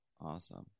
Awesome